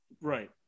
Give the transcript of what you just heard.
Right